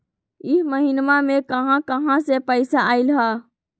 इह महिनमा मे कहा कहा से पैसा आईल ह?